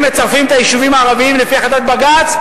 אם מצרפים את היישובים הערביים לפי החלטת בג"ץ,